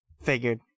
Figured